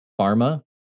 Pharma